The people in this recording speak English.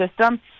system